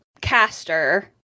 caster